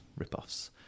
ripoffs